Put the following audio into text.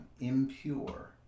impure